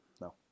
No